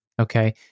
okay